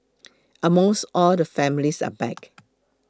almost all the families are back